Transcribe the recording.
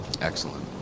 Excellent